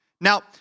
Now